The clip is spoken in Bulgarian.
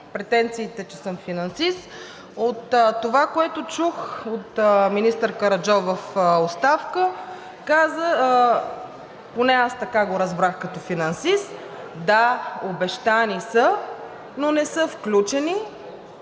претенциите, че съм финансист – това, което чух от министър Караджов в оставка, поне аз така го разбрах като финансист: да, обещани са, но не са включени